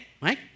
right